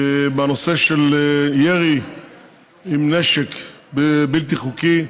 בנושא של ירי עם נשק בלתי חוקי,